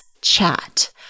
chat